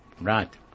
Right